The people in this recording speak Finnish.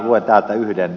luen täältä yhden